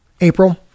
April